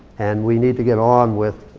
and we need to get on with